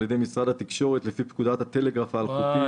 ידי משרד התקשורת לפי פקודת הטלגרף האלחוטי ,